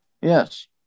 Yes